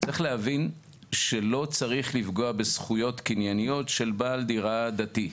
צריך להבין שלא צריך לפגוע בזכויות קנייניות של בעל דירה דתי.